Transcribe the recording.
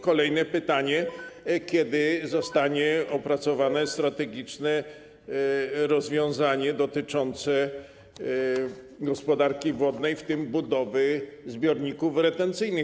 Kolejne pytanie: Kiedy zostanie opracowane strategiczne rozwiązanie dotyczące gospodarki wodnej, w tym budowy zbiorników retencyjnych?